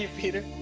ah peter.